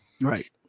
Right